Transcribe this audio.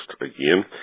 again